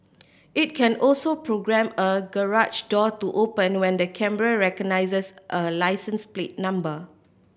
it can also programme a garage door to open when the camera recognises a licence plate number